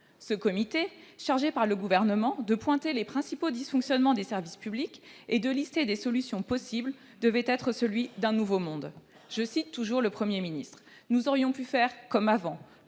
Ce comité, chargé par le Gouvernement de pointer les principaux dysfonctionnements des services publics et de dresser la liste des solutions possibles, devait être celui d'un nouveau monde. Je cite toujours le Premier ministre :« Nous aurions pu faire comme avant